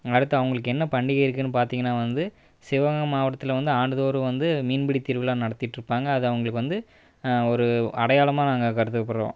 அடுத்து அவங்களுக்கு என்ன பண்டிகை இருக்குதுன்னு பார்த்திங்கனா வந்து சிவகங்கை மாவட்டத்தில் வந்து ஆண்டுதோறும் வந்து மீன்பிடி திருவிழா நடத்திட்டுருப்பாங்க அது அவங்களுக்கு வந்து ஒரு அடையாளமாக நாங்கள் கருதப்படுறோம்